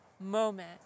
moment